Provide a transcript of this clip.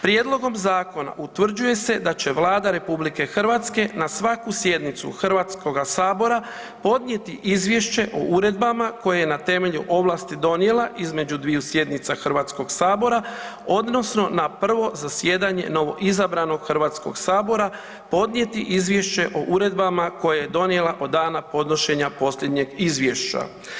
Prijedlogom zakona utvrđuje se da će Vlada RH na svaku sjednicu Hrvatskoga sabora podnijeti izvješće o uredbama koje je na temelju ovlasti donijela između dviju sjednica Hrvatskog sabora odnosno na prvo zasjedanje novoizabranog Hrvatskog sabora podnijeti izvješće o uredbama koje je donijela od dana podnošenja posljednjeg izvješća.